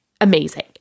Amazing